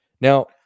Now